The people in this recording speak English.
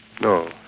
No